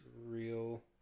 real